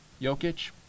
Jokic